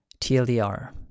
TLDR